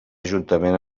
juntament